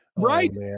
Right